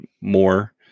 more